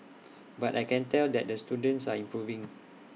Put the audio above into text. but I can tell that the students are improving